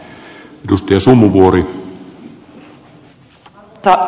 arvoisa puhemies